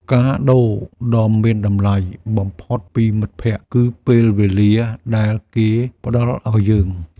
កាដូដ៏មានតម្លៃបំផុតពីមិត្តភក្តិ គឺពេលវេលាដែលគេផ្ដល់ឱ្យយើង។